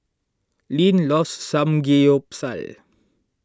Linn loves Samgeyopsal